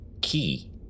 key